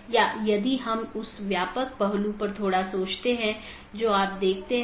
तो इसका मतलब है एक बार अधिसूचना भेजे जाने बाद डिवाइस के उस विशेष BGP